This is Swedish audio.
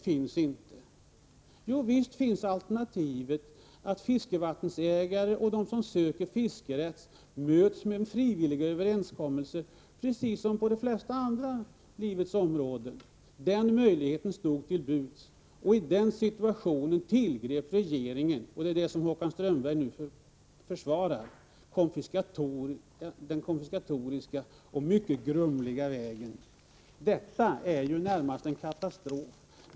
Men visst fanns alternativet att fiskevattensägaren och de som söker fiskerätt möts i en frivillig överenskommelse, precis som på de flesta andra av livets områden. Den möjligheten stod till buds. I den situationen tillgrep regeringen det konfiskatoriska och mycket grumliga förslag som Håkan Strömberg nu försvarar. Detta är närmast en katastrof.